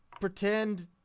pretend